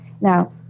Now